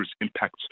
impacts